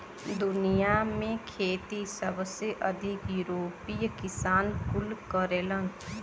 दुनिया में खेती सबसे अधिक यूरोपीय किसान कुल करेलन